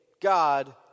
God